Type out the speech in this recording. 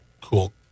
cool